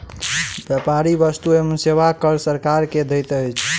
व्यापारी वस्तु एवं सेवा कर सरकार के दैत अछि